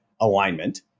alignment